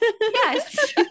Yes